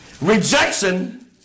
Rejection